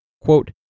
Quote